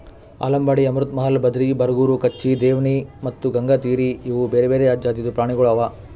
ಆಲಂಬಾಡಿ, ಅಮೃತ್ ಮಹಲ್, ಬದ್ರಿ, ಬರಗೂರು, ಕಚ್ಚಿ, ದೇವ್ನಿ ಮತ್ತ ಗಂಗಾತೀರಿ ಇವು ಬೇರೆ ಬೇರೆ ಜಾತಿದು ಪ್ರಾಣಿಗೊಳ್ ಅವಾ